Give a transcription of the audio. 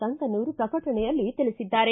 ಸಂಕನೂರ ಪ್ರಕಟಣೆಯಲ್ಲಿ ತಿಳಿಸಿದ್ದಾರೆ